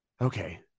Okay